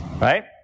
right